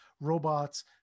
robots